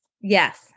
Yes